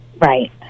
right